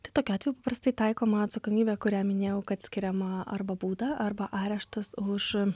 tai tokiu atveju paprastai taikoma atsakomybė kurią minėjau kad skiriama arba bauda arba areštas už